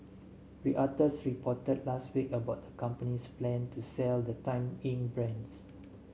reuters reported last week about the company's plan to sell the Time Inc brands